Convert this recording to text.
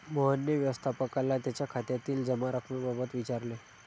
मोहनने व्यवस्थापकाला त्याच्या खात्यातील जमा रक्कमेबाबत विचारले